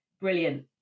brilliant